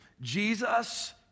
Jesus